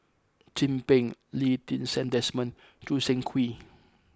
Chin Peng Lee Ti Seng Desmond and Choo Seng Quee